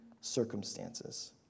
circumstances